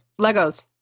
Legos